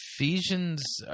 Ephesians